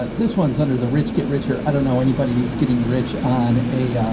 but this one's under the rich get richer. i don't know anybody. who's getting rich on a, ah,